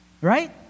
right